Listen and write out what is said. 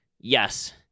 yes